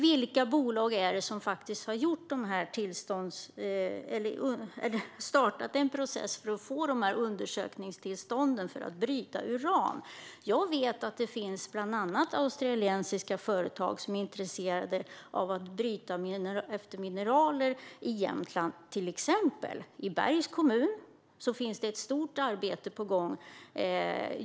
Vilka bolag är det som har startat en process för att få undersökningstillstånd för att kunna bryta uran? Jag vet att det bland annat finns australiska företag som är intresserade av att bryta mineraler till exempel i Jämtland. I Bergs kommun är ett stort arbete på gång.